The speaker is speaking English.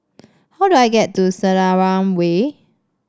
how do I get to Selarang Way